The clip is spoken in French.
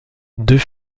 deux